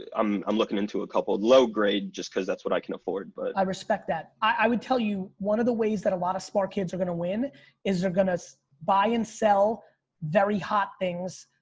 um i'm looking into a couple of low grade just cause that's what i can afford but i respect that. i would tell you one of the ways that a lot of smart kids are gonna win is they're gonna buy and sell very hot things,